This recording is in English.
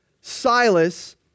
Silas